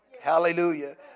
hallelujah